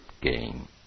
game